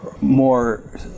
more